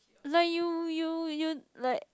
like you you you'd like